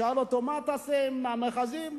שאל אותו: מה תעשה עם המאחזים?